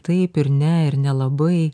taip ir ne ir nelabai